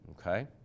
Okay